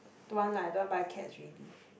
don't want lah don't want buy Keds already